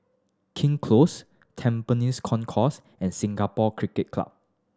King Close Tampines Concourse and Singapore Cricket Club